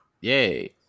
Yay